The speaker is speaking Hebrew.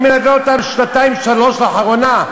אני מלווה אותם שנתיים-שלוש לאחרונה,